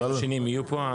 ביום שני הם יהיו פה?